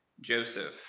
Joseph